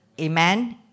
Amen